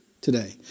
today